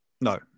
No